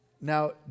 now